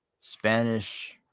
Spanish